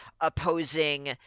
opposing